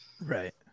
Right